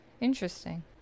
Interesting